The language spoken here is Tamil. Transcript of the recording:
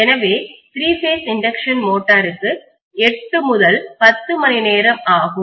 எனவே த்ரீ பேஸ் இண்டக்ஷன் மோட்டருக்கு 8 முதல் 10 மணிநேரம் ஆகும்